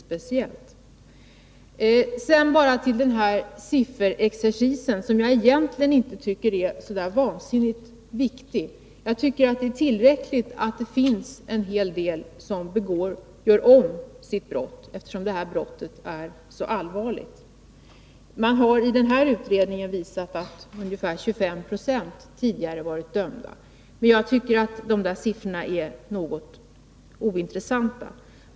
Denna sifferexercis tycker jag egentligen inte är så viktig. Det är tillräckligt att många gör om sitt brott, eftersom detta brott är så allvarligt. I denna utredning har man visat att ungefär 25 20 har varit dömda tidigare. Men dessa siffror är något ointressanta.